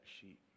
sheep